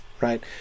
right